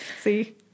see